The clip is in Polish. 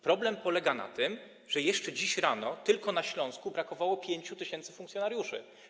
Problem polega na tym, że jeszcze dziś rano tylko na Śląsku brakowało 5000 funkcjonariuszy.